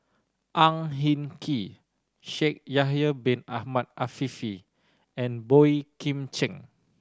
Ang Hin Kee Shaikh Yahya Bin Ahmed Afifi and Boey Kim Cheng